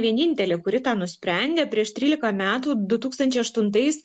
vienintelė kuri tą nusprendė prieš trylika metų du tūkstančiai aštuntais